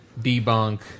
debunk